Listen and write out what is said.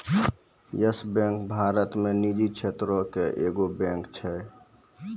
yes Bank Bharat मे निजी क्षेत्रो के एगो बैंक छै